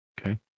Okay